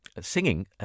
Singing